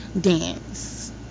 dance